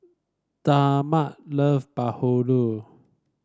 Dagmar love bahulu